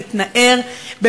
להתנער,